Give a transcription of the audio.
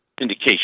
indication